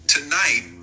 Tonight